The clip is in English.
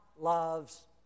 loves